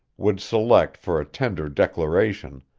would select for a tender declaration,